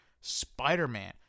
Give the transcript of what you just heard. Spider-Man